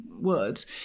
words